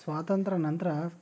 ಸ್ವಾತಂತ್ರ್ಯ ನಂತರ